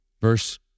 verse